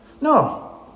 No